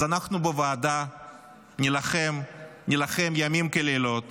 אז אנחנו נילחם בוועדה, נילחם ימים כלילות